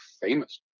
famous